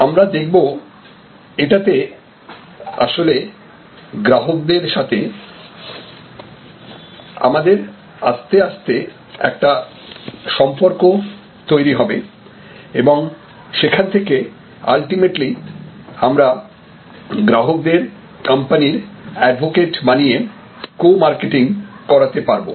আমরা দেখব এটাতে আসলে গ্রাহকদের সাথে আমাদের আস্তে আস্তে একটা সম্পর্ক তৈরি হবে এবং সেখান থেকে আলটিমেটলি আমরা গ্রাহকদের কোম্পানির অ্যাডভোকেট বানিয়ে কো মার্কেটিং করাতে পারবো